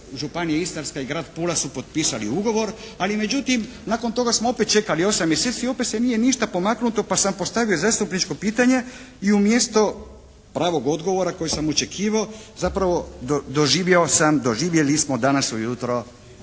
županija Istarska i grad Pula su potpisali ugovor. Ali međutim, nakon toga smo opet čekali osam mjeseci i opet se nije ništa pomaknulo pa sam postavio zastupničko pitanje i umjesto pravog odgovora koji sam očekivao zapravo doživjeli smo danas ujutro